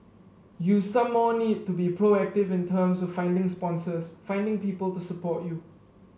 you some more need to be proactive in terms of finding sponsors finding people to support you